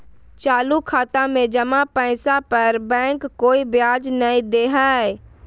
चालू खाता में जमा पैसा पर बैंक कोय ब्याज नय दे हइ